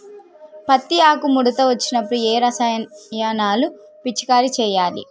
పత్తి ఆకు ముడత వచ్చినప్పుడు ఏ రసాయనాలు పిచికారీ చేయాలి?